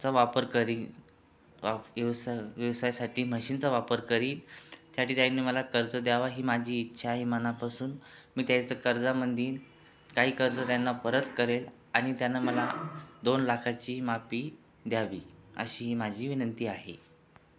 चा वापर करीन व्यवसाय व्यवसायसाठी म्हशींचा वापर करीन त्या डिझाइननी मला कर्ज द्यावं ही माझी इच्छा आहे मनापासून मी त्यायचं कर्जामधून काही कर्ज त्यांना परत करेन आणि त्यांना मला दोन लाखाची माफी द्यावी अशी माझी विनंती आहे